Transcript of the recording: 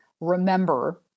remember